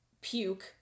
puke